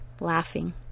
laughing